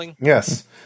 yes